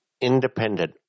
independent